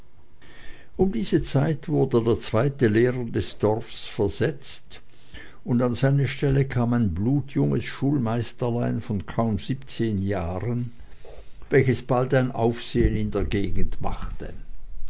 um diese zeit wurde der zweite lehrer des dorfes versetzt und an seine stelle kam ein blutjunges schulmeisterlein von kaum siebzehn jahren welches bald ein aufsehn in der gegend machte